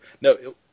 No